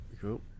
Cool